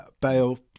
Bale